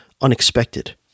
unexpected